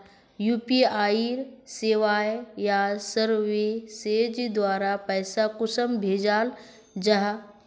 UPI सेवाएँ या services द्वारा पैसा कुंसम भेजाल जाहा?